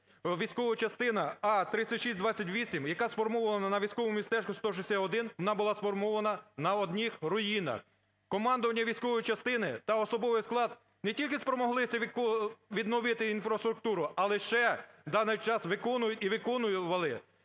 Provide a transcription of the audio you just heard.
військова частина А3628, яка сформована військовому містечку 161,, вона була сформована на одних руїнах. Командування військової частини та особовий склад не тільки спромоглися відновити інфраструктуру, але ще в даний час виконують і виконували